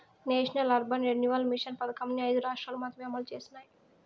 national urban renewal mission పథకంని ఐదు రాష్ట్రాలు మాత్రమే అమలు చేసినాయి